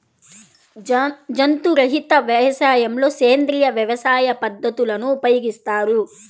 జంతు రహిత వ్యవసాయంలో సేంద్రీయ వ్యవసాయ పద్ధతులను ఉపయోగిస్తారు